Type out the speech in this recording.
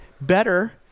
better